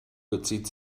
bezieht